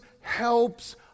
helps